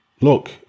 look